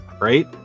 right